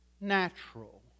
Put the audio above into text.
natural